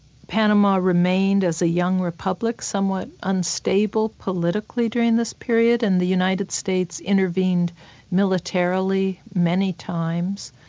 panama remained as a young republic somewhat unstable politically during this period, and the united states intervened militarily, many times.